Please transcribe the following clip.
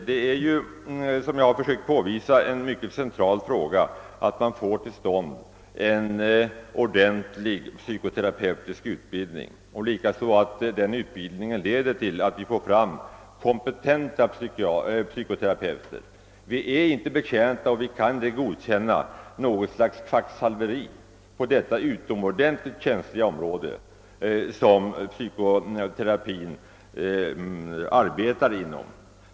Det är, såsom jag försökt påvisa, en central fråga att åstadkomma en ordentlig psykoterapeutisk utbildning och likaså att denna leder till att vi får kompetenta psykoterapeuter. Vi är inte betjänta av och kan inte godkänna något slags kvacksalveri på det utomordentligt känsliga område som psykoterapeuterna arbetar inom.